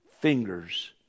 fingers